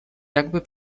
jakby